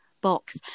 box